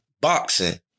boxing